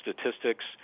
statistics